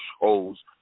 Hoes